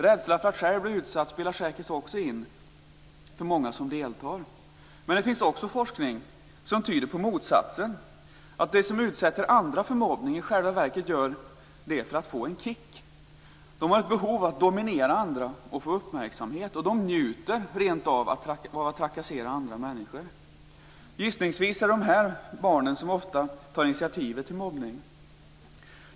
Rädslan för att själv bli utsatt spelar säkert också in för många av dem som deltar. Men det finns också forskning som tyder på motsatsen. De som utsätter andra för mobbning gör det i själva verket för att få en kick. De har ett behov av att få dominera andra och få uppmärksamhet. De rent av njuter av att få trakassera andra människor. Gissningsvis är det de barnen som ofta tar initiativ till mobbning.